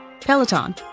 Peloton